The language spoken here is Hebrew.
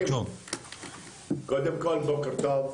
בוקר טוב.